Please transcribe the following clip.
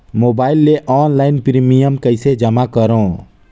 Mobile ले online premium कइसे जमा करों?